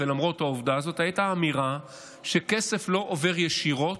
ולמרות העובדה הזאת הייתה אמירה שכסף לא עובר ישירות,